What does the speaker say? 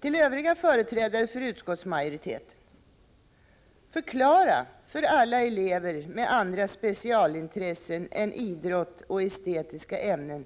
Till övriga företrädare för utskottsmajoriteten: Förklara för alla elever med andra specialintressen än idrott och estetiska ämnen